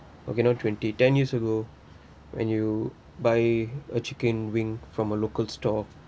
okay not twenty ten years ago when you buy a chicken wing from a local store